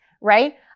right